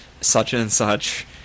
such-and-such